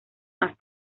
más